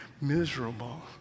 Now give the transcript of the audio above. miserable